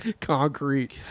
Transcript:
concrete